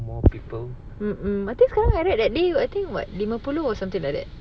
mm mm I think sekarang that day I think what lima puluh or something like that